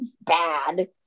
bad